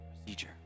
procedure